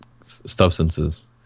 substances